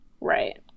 Right